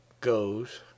goes